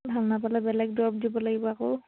ভাল নাপালে বেলেগ দৰৱ দিব লাগিব আকৌ